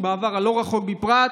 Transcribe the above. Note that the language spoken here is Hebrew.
ובעבר הלא-רחוק בפרט,